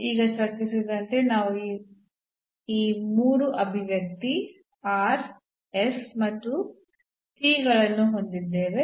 ಈಗ ಚರ್ಚಿಸಿದಂತೆ ನಾವು ಈ ಮೂರು ಅಭಿವ್ಯಕ್ತಿ r s ಮತ್ತು t ಗಳನ್ನು ಹೊಂದಿದ್ದೇವೆ